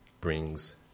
brings